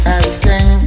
asking